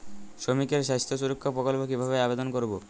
শ্রমিকের স্বাস্থ্য সুরক্ষা প্রকল্প কিভাবে আবেদন করবো?